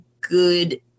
good